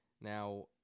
Now